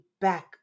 back